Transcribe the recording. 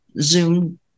Zoom